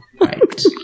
Right